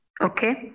Okay